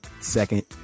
second